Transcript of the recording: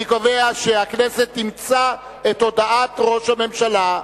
אני קובע שהכנסת אימצה את הודעת ראש הממשלה.